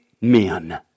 Men